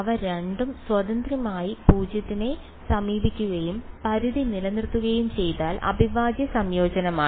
അവ രണ്ടും സ്വതന്ത്രമായി 0 നെ സമീപിക്കുകയും പരിധി നിലനിൽക്കുകയും ചെയ്താൽ അവിഭാജ്യ സംയോജനമാണ്